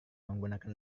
menggunakan